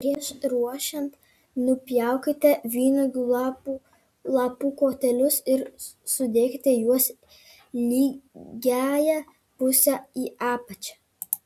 prieš ruošiant nupjaukite vynuogių lapų kotelius ir sudėkite juos lygiąja puse į apačią